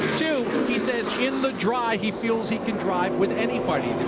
two, he said in the dry he feels he can drive with anybody.